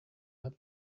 that